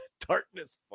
Darkness